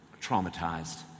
traumatized